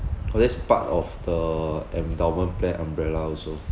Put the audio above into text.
oh that's part of the endowment plan umbrella also